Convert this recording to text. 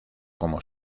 como